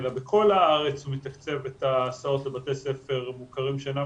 אלא בכל הארץ הוא מתקצב את ההסעות לבתי ספר מוכרים שאינם